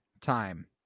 time